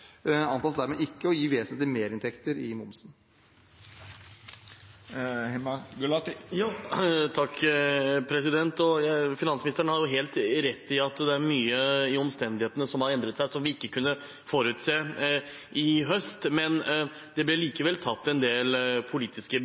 antas dermed ikke å gi vesentlige merinntekter fra momsen. Finansministeren har helt rett i at det er mye i omstendighetene som har endret seg, og som vi ikke kunne forutse i høst, men det ble likevel tatt en del politiske